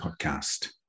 Podcast